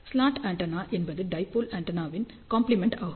slot antenna என்பது dipole ஆண்டெனாவின் complement ஆகும்